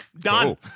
done